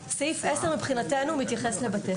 סעיף 10 מבחינתנו מתייחס לבתי ספר.